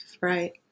right